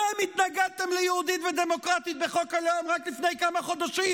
אתם התנגדתם ל"יהודית ודמוקרטית" בחוק הלאום רק לפני כמה חודשים,